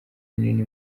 runini